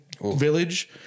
village